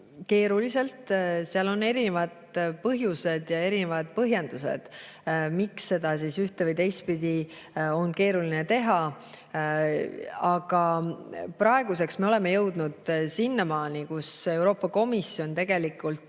keeruliselt. Seal on erinevad põhjused ja erinevad põhjendused, miks seda ühte- või teistpidi on keeruline teha. Aga praeguseks oleme jõudnud sinnamaani, et Euroopa Komisjon on